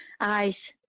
eyes